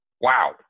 wow